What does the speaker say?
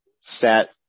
stat